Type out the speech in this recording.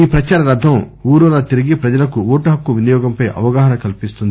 ఈ ప్రదార రధం వూరూర తిరిగి ప్రజలకు ఓటు హక్కు వినియోగంపై అవగాహన కల్పిస్తుంది